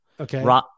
Okay